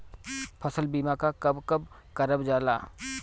फसल बीमा का कब कब करव जाला?